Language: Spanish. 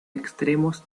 extremos